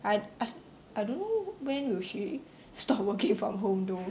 I I I don't know when will she stop working from home though